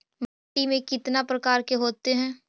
माटी में कितना प्रकार के होते हैं?